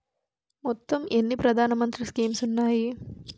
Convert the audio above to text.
మొత్తం ఎన్ని ప్రధాన మంత్రి స్కీమ్స్ ఉన్నాయి?